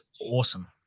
awesome